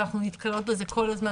אנחנו נתקלות בזה כל הזמן,